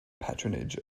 patronage